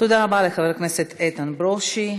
תודה רבה לחבר הכנסת איתן ברושי.